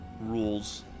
rules